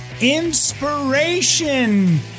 inspiration